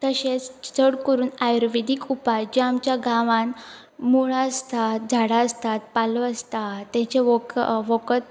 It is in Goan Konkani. तशेंच चड करून आयुर्वेदीक उपाय जे आमच्या गांवान मुळां आसतात झाडां आसतात पालो आसता तेंचे वक वखद